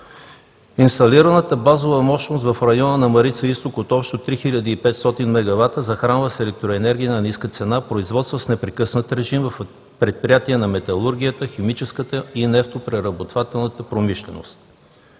Инсталираната базова мощност в района на „Марица-изток“ от общо 3500 мегавата захранва с електроенергия на ниска цена производства с непрекъснат режим в предприятия на металургията, химическата и нефтопреработвателната промишленост.